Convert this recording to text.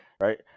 right